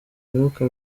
umwuka